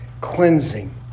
cleansing